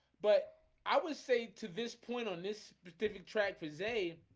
but i would say to this point on this specific track for zane,